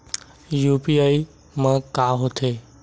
UPI मा का होथे?